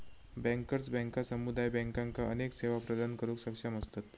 bankers बँका समुदाय बँकांका अनेक सेवा प्रदान करुक सक्षम असतत